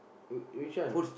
w~ which one